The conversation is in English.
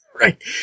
right